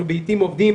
אנחנו בעתים עובדים